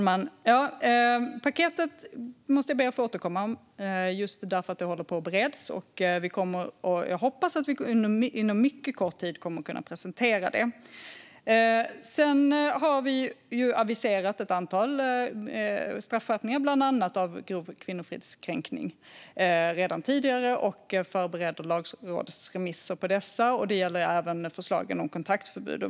Fru talman! Paketet måste jag be att få återkomma om. Det håller på att beredas, och jag hoppas att vi kommer att kunna presentera det inom mycket kort tid. Vi har redan tidigare aviserat ett antal straffskärpningar, bland annat när det gäller grov kvinnofridskränkning, och förbereder lagrådsremisser på dessa. Det gäller även förslagen om kontaktförbud.